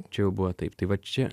čia jau buvo taip tai vat čia